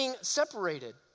separated